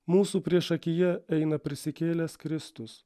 mūsų priešakyje eina prisikėlęs kristus